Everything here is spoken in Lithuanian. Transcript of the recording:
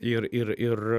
ir ir ir